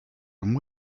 and